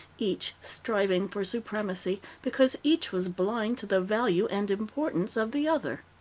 each striving for supremacy, because each was blind to the value and importance of the other.